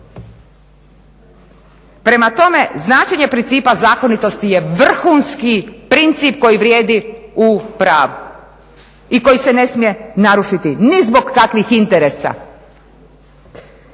Prema tome značenje principa zakonitosti je vrhunski princip koji vrijedi u pravu i koji se ne smije narušiti ni zbog takvih interesa.